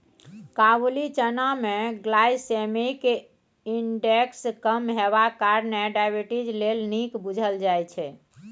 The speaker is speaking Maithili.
काबुली चना मे ग्लाइसेमिक इन्डेक्स कम हेबाक कारणेँ डायबिटीज लेल नीक बुझल जाइ छै